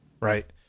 right